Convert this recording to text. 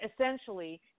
essentially